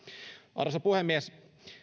arvoisa puhemies